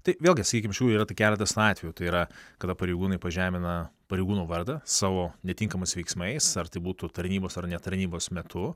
tai vėlgi sakykim iš jų yra tik keletas atvejų tai yra kada pareigūnai pažemina pareigūno vardą savo netinkamais veiksmais ar tai būtų tarnybos ar ne tarnybos metu